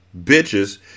bitches